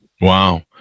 Wow